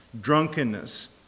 drunkenness